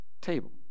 table